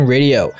Radio